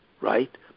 right